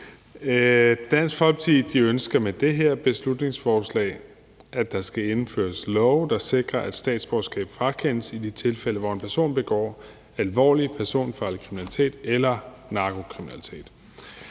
Dansk Folkeparti ønsker med det her beslutningsforslag, at der skal indføres love, der sikrer, at et statsborgerskab frakendes i de tilfælde, hvor en person begår alvorlig personfarlig kriminalitet eller narkokriminalitet.